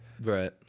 Right